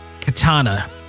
Katana